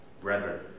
Brethren